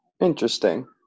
Interesting